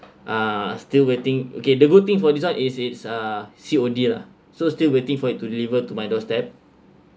uh still waiting okay the god thing for this one is its uh C_O_D lah so still waiting for it to deliver to my doorstep